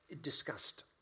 discussed